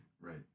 Right